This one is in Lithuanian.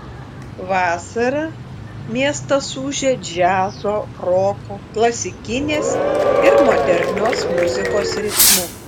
vasarą miestas ūžia džiazo roko klasikinės ir modernios muzikos ritmu